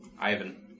Ivan